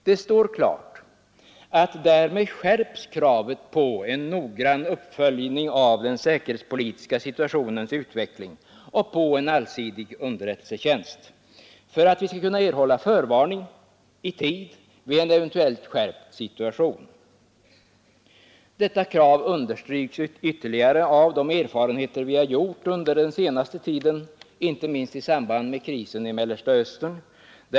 Det står klart att kravet därmed skärps på en noggrann uppföljning av den säkerhetspolitiska situationens utveckling och på en allsidig underrättelsetjänst för att vi skall kunna erhålla förvarning i tid vid en eventuellt skärpt situation. Detta krav understryks ytterligare av de erfarenheter vi under den senaste tiden gjort i samband med krisen i Mellersta Östern.